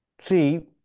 See